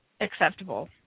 acceptable